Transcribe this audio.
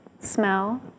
smell